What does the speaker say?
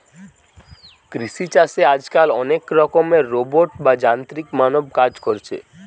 কৃষি চাষে আজকাল অনেক রকমের রোবট বা যান্ত্রিক মানব কাজ কোরছে